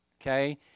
Okay